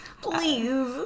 Please